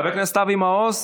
חבר הכנסת אבי מעוז,